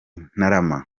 ntarama